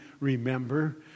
remember